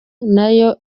nayo